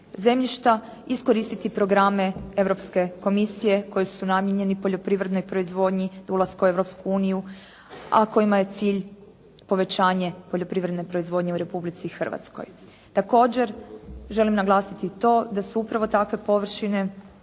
zemljišta, iskoristiti programe Europske Komisije koji su namijenjeni poljoprivrednoj proizvodnji do ulaska u Europsku uniju, a kojima je cilj povećanje poljoprivredne proizvodnje u Republici Hrvatskoj. Također želim naglasiti i to da su upravo takve površine,